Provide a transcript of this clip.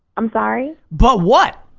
i'm sorry? but what?